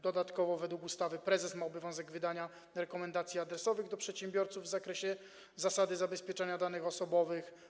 Dodatkowo według ustawy prezes ma obowiązek wydania rekomendacji adresowanych do przedsiębiorców w zakresie zasady zabezpieczenia danych osobowych.